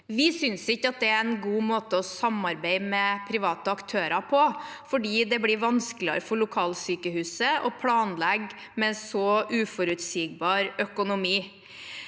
Vi synes ikke det er en god måte å samarbeide med private aktører på, for det blir vanskeligere for lokalsykehuset å planlegge med så uforutsigbar økonomi.